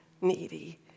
needy